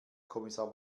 kommissar